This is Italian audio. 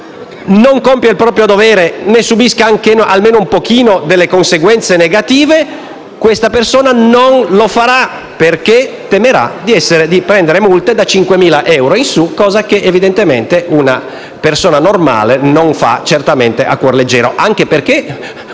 non compie il proprio dovere subisca almeno qualche conseguenza negativa. Questa persona non lo farà, perché temerà di prendere multe da 5.000 euro in su, cosa che evidentemente una persona normale non fa certamente a cuor leggero,